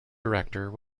director